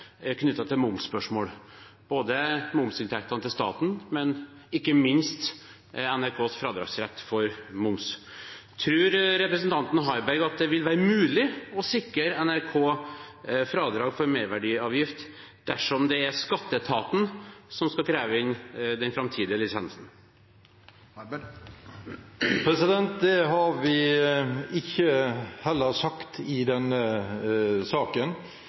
til momsspørsmål, både når det gjelder momsinntektene til staten og ikke minst NRKs fradragsrett for moms. Tror representanten Harberg at det vil være mulig å sikre NRK fradrag for merverdiavgift dersom det er skatteetaten som skal kreve inn den framtidige lisensen? Det har vi da heller ikke sagt i denne saken.